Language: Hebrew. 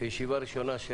כישיבה ראשונה של